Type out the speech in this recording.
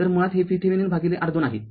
तर मुळात हे VThevenin भागिले R२ आहे